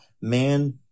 Man